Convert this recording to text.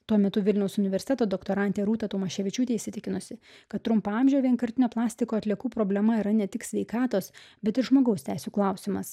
tuo metu vilniaus universiteto doktorantė rūta tamaševičiūtė įsitikinusi kad trumpaamžių vienkartinio plastiko atliekų problema yra ne tik sveikatos bet ir žmogaus teisių klausimas